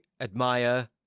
admire